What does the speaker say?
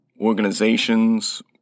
organizations